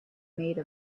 made